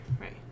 right